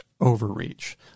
Overreach